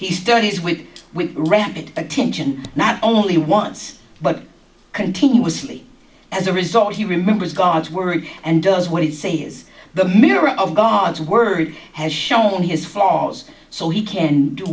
he studies with it with rapid attention not only once but continuously as a result he remembers guards were and does what he say is the mirror of god's word has shown his force so he can do